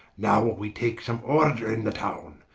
now will we take some order in the towne,